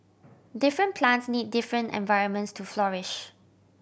different plants need different environments to flourish